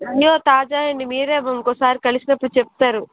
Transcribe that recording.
అన్నీ తాజావె అండి మీరే ఇంకోసారి కలిసినప్పుడు చెప్తారు